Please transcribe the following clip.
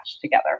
together